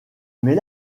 mais